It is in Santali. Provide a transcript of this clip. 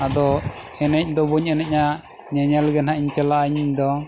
ᱟᱫᱚ ᱮᱱᱮᱡ ᱫᱚ ᱵᱟᱹᱧ ᱮᱱᱮᱡᱼᱟ ᱧᱮᱧᱮᱞ ᱜᱮ ᱱᱟᱦᱟᱜ ᱤᱧ ᱪᱟᱞᱟᱜᱼᱟ ᱤᱧ ᱫᱚ